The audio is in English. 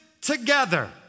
together